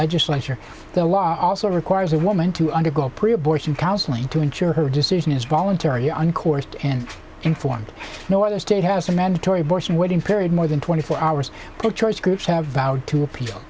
legislature the law also requires a woman to undergo pre abortion counseling to ensure her decision is voluntary on course and informed no other state has a mandatory abortion waiting period more than twenty four hours pro choice groups have vowed to appeal